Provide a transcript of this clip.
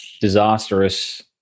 disastrous